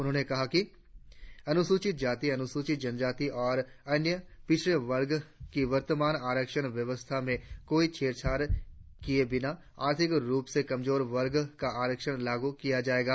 उन्होंने कहा कि अनुसूचित जाति अनुसूचित जनजाति और अन्य पिछड़ा वर्ग की वर्तमान आरक्षण व्यवस्था में कोई छेड़छाड़ किए बिना आर्थिक रुप से कमजोर वर्गों का आरक्षण लागू किया जाएगा